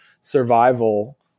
survival